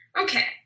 Okay